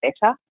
better